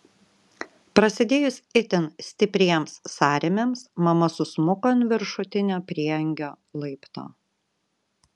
prasidėjus itin stipriems sąrėmiams mama susmuko ant viršutinio prieangio laipto